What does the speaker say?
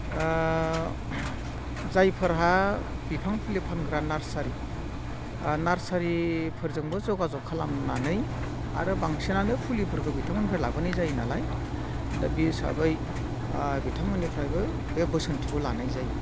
जायफोरहा बिफां फुलि फानग्रा नार्सारि नार्सारिफोरजोंबो जगाजग खालामनानै आरो बांसिनानो फुलिफोरखौ बिथांमोननिफ्राय लाबोनाय जायो नालाय दा बे हिसाबै बा बिथांमोननिफ्रायबो बे बोसोनथिखौ लानाय जायो